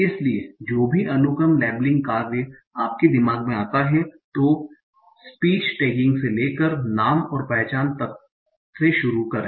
इसलिए जो भी अनुक्रम लेबलिंग कार्य आपके दिमाग में आता है तो स्पीच टैगिंग से लेकर नाम और पहचान तक से शुरुआत करें